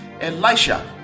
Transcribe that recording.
Elisha